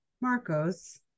Marcos